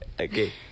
Okay